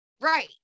right